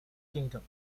kingdoms